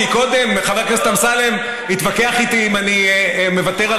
כי קודם חבר הכנסת אמסלם התווכח איתי אם אני מוותר על